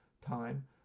time